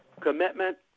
commitment